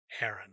Aaron